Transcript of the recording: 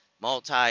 multi